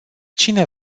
cine